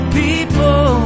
people